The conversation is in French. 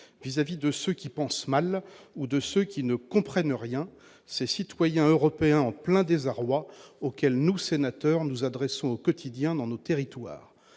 vis-à-vis de ceux qui pensent mal ou de ceux qui ne comprennent rien, ces citoyens européens en plein désarroi auquel nous sénateur nous adressons au quotidien dans nos territoires,